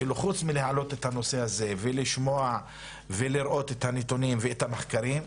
חוץ מלהעלות את הנושא הזה ולשמוע ולראות את הנתונים ואת המחקרים,